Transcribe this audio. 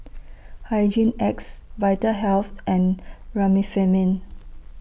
Hygin X Vitahealth and Remifemin